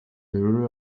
derulo